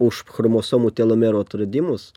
už chromosomų telomerų atradimus